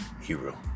hero